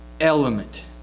Element